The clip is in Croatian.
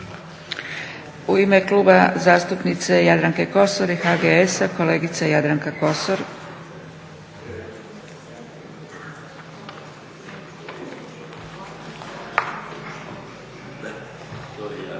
U ime Kluba zastupnice Jadranke Kosor i HGS-a kolegica Jadranka kosor.